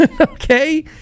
Okay